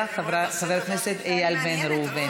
לא, ואחריה, חבר הכנסת איל בן ראובן.